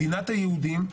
מדינת היהודים,